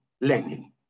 Lenin